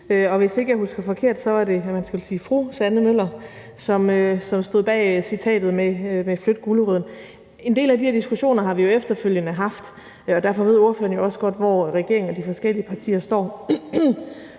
Og hvis ikke jeg husker forkert, var det, man skal vel sige fru Sanne Møller, som stod bag citatet med »flyt guleroden«. En del af de her diskussioner har vi jo efterfølgende haft, og derfor ved ordføreren også godt, hvor regeringen og de forskellige partier står,